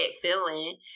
feeling